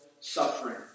suffering